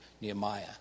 Nehemiah